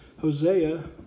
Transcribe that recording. Hosea